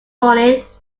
morning